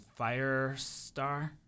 Firestar